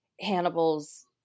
Hannibal's